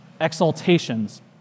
exaltations